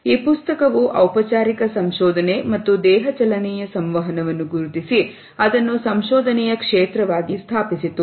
ಈ ಪುಸ್ತಕವು ಔಪಚಾರಿಕ ಸಂಶೋಧನೆ ಮತ್ತು ದೇಹ ಚಲನೆಯ ಸಂವಹನವನ್ನು ಗುರುತಿಸಿ ಅದನ್ನು ಸಂಶೋಧನೆಯ ಕ್ಷೇತ್ರವಾಗಿ ಸ್ಥಾಪಿಸಿತು